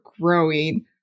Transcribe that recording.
growing